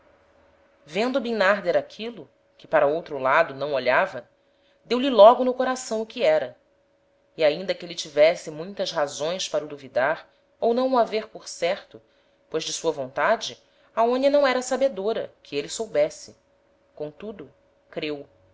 vendo bimnarder aquilo que para outro lado não olhava deu-lhe logo no coração o que era e ainda que êle tivesse muitas razões para o duvidar ou não o haver por certo pois de sua vontade aonia não era sabedora que êle soubesse comtudo creu